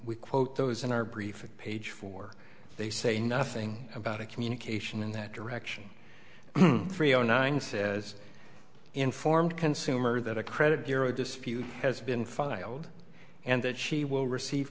we quote those in our brief page four they say nothing about a communication in that direction three zero nine says informed consumer that a credit bureau dispute has been filed and that she will receive